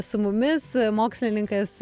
su mumis mokslininkas